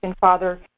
Father